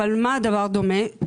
אבל למה הדבר דומה?